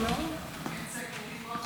תמשיכי כך.